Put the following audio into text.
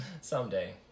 someday